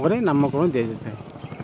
ପରେ ନାମକରଣ ଦିଆଯାଇଥାଏ